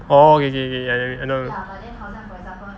orh okay okay okay I know